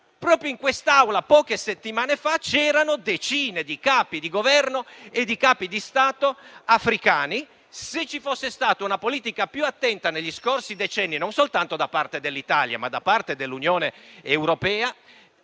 Proprio in quest'Aula, poche settimane fa, c'erano decine di Capi di Governo e di Capi di Stato africani. Se ci fosse stata una politica più attenta negli scorsi decenni, non soltanto da parte dell'Italia, ma da parte dell'Unione europea